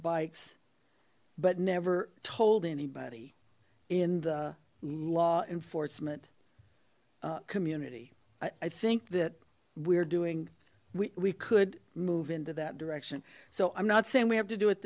bikes but never told anybody in the law enforcement community i think that we're doing we could move into that direction so i'm not saying we have to do it